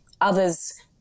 Others